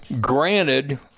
granted